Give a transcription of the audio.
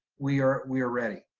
we are we are ready,